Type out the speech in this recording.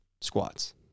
squats